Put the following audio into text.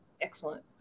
excellent